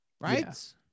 right